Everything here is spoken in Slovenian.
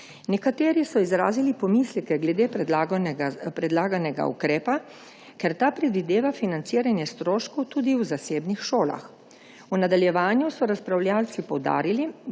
Nekateri so izrazili pomisleke glede predlaganega ukrepa, ker ta predvideva financiranje stroškov tudi v zasebnih šolah. V nadaljevanju so razpravljavci poudarili,